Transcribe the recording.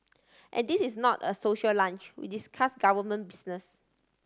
and this is not a social lunch we discuss government business